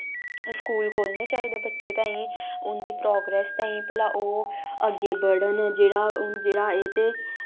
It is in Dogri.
स्कूल खोह्लने चाहिदे बच्चें तांईं उं'दी परॉगरैस तांईं भला ओह् अग्गें बड़न जेह्ड़ा हून जेह्ड़ा ए ते